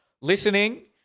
listening